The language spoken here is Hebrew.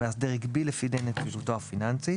המאסדר הגביל לפי דין את פעילותו הפיננסית;